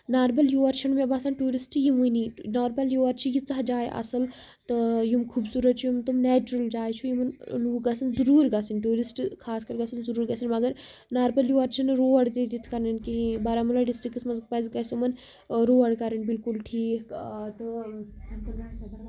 ناربل یور چھُنہٕ مےٚ باسان ٹوٗرِسٹ یِوٲنی ناربل یور چھِ یٖژھ جایہِ اَصٕل تہٕ یِم خوٗبصوٗرت چھِ تِم نیچُرل جاے یِمن لُکھ گژھن ضروٗر گژھِنۍ ٹوٗرِسٹ خاص کر گژھن ضروٗر گژھِنۍ مَگر ناربل یور چھُنہٕ روڈ تہِ تتھ کٔنۍ کِہینۍ بارامولہ ڈِسٹرکٹس منٛز پَزِگژھِ یِمن روڈ کرٕنۍ بِالکُل ٹھیٖک